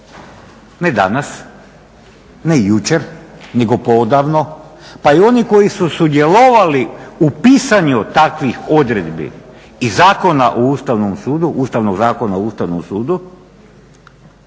ne danas, ne jučer, nego poodavno pa i oni koji su sudjelovali u pisanju takvih odredbi i Zakona o Ustavnom sudu, Ustavnog zakona o Ustavnom sudu